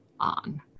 on